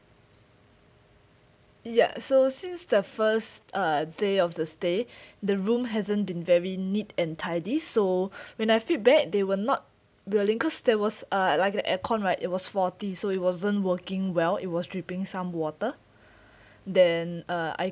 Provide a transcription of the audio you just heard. ya so since the first uh day of the stay the room hasn't been very neat and tidy so when I feedback they were not willing cause there was uh like uh aircon right it was faulty so it wasn't working well it was dripping some water then uh I